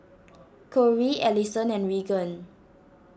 Corey Alison and Regan